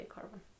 carbon